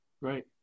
Right